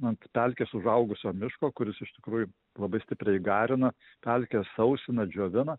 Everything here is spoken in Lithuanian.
ant pelkės užaugusio miško kuris iš tikrųjų labai stipriai garina pelkę sausina džiovina